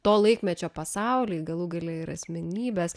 to laikmečio pasaulį galų gale ir asmenybes